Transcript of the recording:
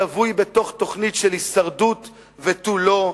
שבוי בתוך תוכנית של הישרדות ותו לא.